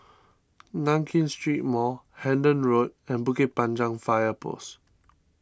Nankin Street Mall Hendon Road and Bukit Panjang Fire Post